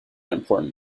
important